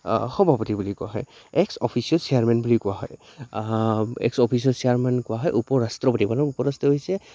সভাপতি বুলি কোৱা হয় এক্স অফিচিয়েল চেয়াৰমেন বুলিও কোৱা হয় এক্স অফিচিয়েল চেয়াৰমেন কোৱা হয় উপৰাষ্ট্ৰপতি মানে উপৰাষ্ট্ৰ হৈছে